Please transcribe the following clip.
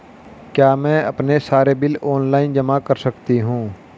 क्या मैं अपने सारे बिल ऑनलाइन जमा कर सकती हूँ?